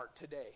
today